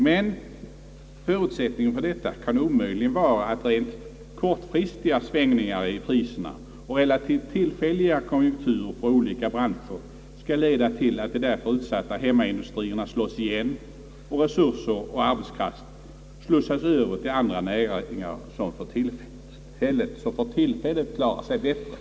Men förutsättningen för detta kan omöjligen vara att rent kortfristiga svängningar i priserna och relativt tillfälliga konjunkturer för olika branscher skall leda till att de därför utsatta hemmaindustrierna slås igen och resurser och arbetskraft slussas över till andra näringar som för tillfället klarar sig bättre.